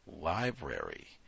library